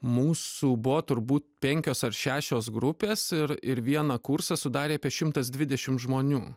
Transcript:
mūsų buvo turbūt penkios ar šešios grupės ir ir vieną kursą sudarė apie šimtas dvidešimt žmonių